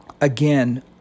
Again